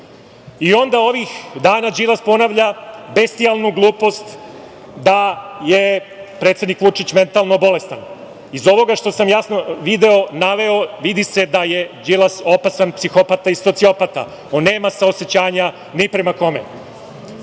I onda ovih dana Đilas ponavlja bestijalnu glupost da je predsednik Vučić mentalno bolestan. Iz ovoga što sam jasno naveo, vidi se da je Đilas opasan psihopata i sociopata, on nema saosećanja ni prema kome.